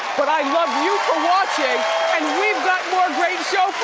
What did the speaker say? but i love you for watching! and we've got more great show